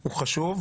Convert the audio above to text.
הוא חשוב,